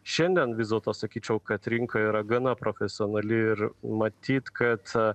šiandien vis dėlto sakyčiau kad rinka yra gana profesionali ir matyt kad a